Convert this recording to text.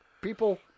people